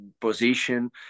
position